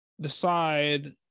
Decide